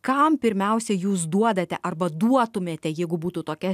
kam pirmiausia jūs duodate arba duotumėte jeigu būtų tokia